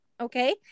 Okay